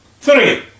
Three